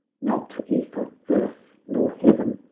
not. ether, earth nor heaven,